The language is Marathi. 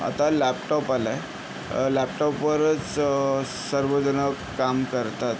आता लॅपटॉप आला आहे लॅपटॉपवरच सर्वजणं काम करतात